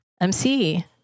MC